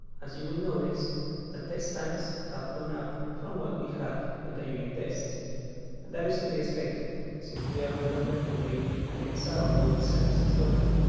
as you will notice the test times have gone up from what we had with the unit tests and that is to be expected since we are no longer emulating alexa or google services locally,